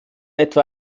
etwa